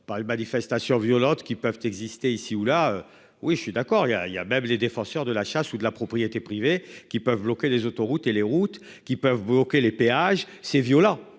par les manifestations violentes qui peuvent exister ici ou là. Oui je suis d'accord il y a il y a même les défenseurs de la chasse ou de la propriété privée qui peuvent bloquer les autoroutes et les routes qui peuvent bloquer les péages c'est Viola